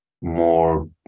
more